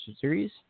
Series